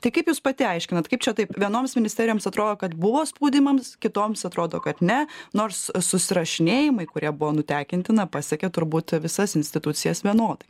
tai kaip jūs pati aiškinat kaip čia taip vienoms ministerijoms atrodo kad buvo spaudimas kitoms atrodo kad ne nors susirašinėjimai kurie buvo nutekinti na pasiekė turbūt visas institucijas vienodai